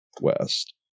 west